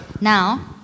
now